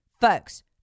Folks